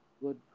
good